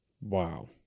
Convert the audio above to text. Wow